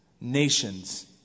nations